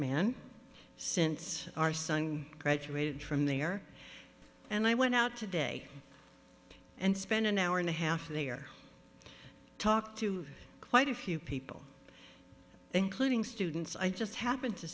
man since our son graduated from there and i went out today and spent an hour and a half they are talked to quite a few people including students i just happened to